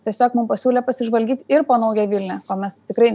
tiesiog mum pasiūlė pasižvalgyt ir po naują vilnią o mes tikrai